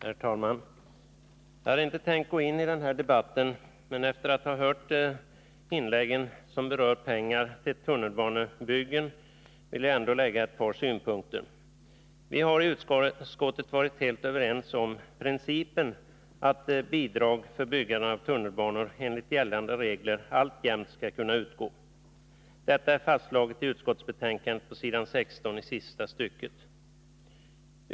Herr talman! Jag hade inte tänkt gå in i den här debatten, men efter att ha hört inläggen som rör pengar till T-banebyggen vill jag ändå framföra ett par synpunkter. Vi hari utskottet varit helt överens om principen att bidrag för byggande av tunnelbanor enligt gällande regler alltjämt skall kunna utgå. Detta är fastslaget i sista stycket på s. 16 i utskottsbetänkandet.